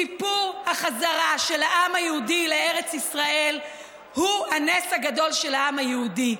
סיפור החזרה של העם היהודי לארץ ישראל הוא הנס הגדול של העם היהודי.